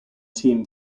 team